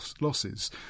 losses